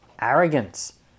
Arrogance